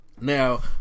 now